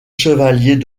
chevaliers